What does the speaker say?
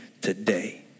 Today